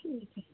ठीक